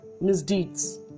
misdeeds